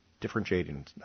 differentiating